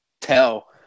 tell